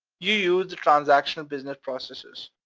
you use transactional business processes,